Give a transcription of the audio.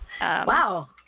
Wow